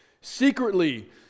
secretly